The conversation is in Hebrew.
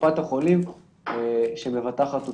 מקופת החולים שמבטחת אותו.